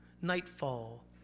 Nightfall